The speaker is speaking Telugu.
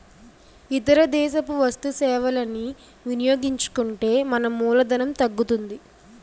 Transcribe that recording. ఇతర దేశపు వస్తు సేవలని వినియోగించుకుంటే మన మూలధనం తగ్గుతుంది